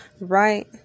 right